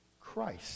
christ